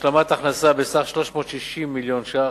השלמת הכנסה בסך 360 מיליון שקל.